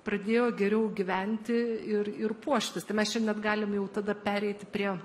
pradėjo geriau gyventi ir ir puoštis tai mes čia net galim jau tada pereiti prie